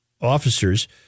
officers